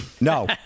No